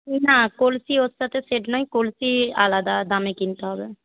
না কলসি ওর সাথে সেট নয় কলসি আলাদা দামে কিনতে হবে